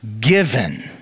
given